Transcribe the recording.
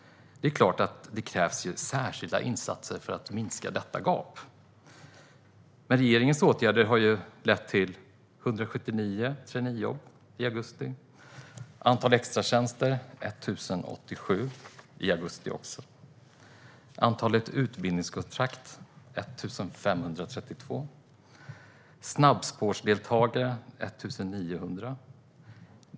Det är klart att det krävs särskilda insatser för att minska detta gap. Regeringens åtgärder hade i augusti lett till 179 traineejobb och 1 087 extratjänster. Antalet utbildningskontrakt är 1 532 och antalet snabbspårsdeltagare 1 900.